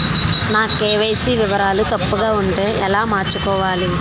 నా కే.వై.సీ వివరాలు తప్పుగా ఉంటే ఎలా మార్చుకోవాలి?